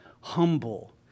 humble